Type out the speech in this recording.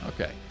Okay